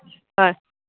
হয়